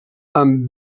amb